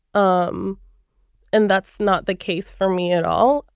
um and that's not the case for me at all.